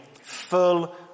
full